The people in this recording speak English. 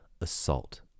assault